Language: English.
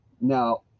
Now